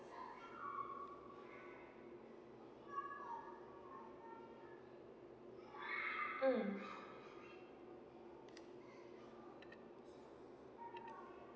mm